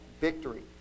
victory